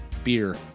beer